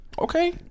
Okay